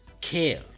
care